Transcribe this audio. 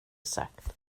sagt